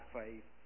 faith